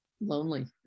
lonely